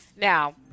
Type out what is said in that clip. Now